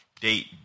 date